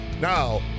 Now